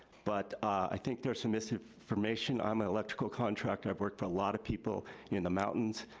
but i think there's some misinformation. i'm an electrical contractor. i've worked with a lot of people in the mountains.